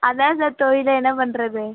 அதுதான் சார் தொழிலே என்ன பண்ணுறது